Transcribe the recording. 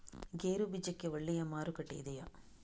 ಗೇರು ಬೀಜಕ್ಕೆ ಒಳ್ಳೆಯ ಮಾರುಕಟ್ಟೆ ಇದೆಯೇ?